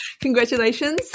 Congratulations